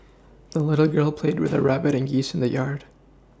the little girl played with her rabbit and geese in the yard